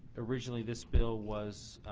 originally this bill was